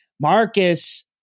Marcus